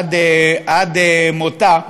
עד מותה,